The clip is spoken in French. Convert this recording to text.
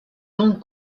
donc